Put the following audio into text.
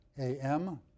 A-M